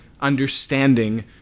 understanding